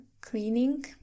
cleaning